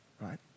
right